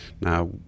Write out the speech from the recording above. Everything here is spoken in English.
Now